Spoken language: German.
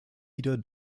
wieder